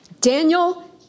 Daniel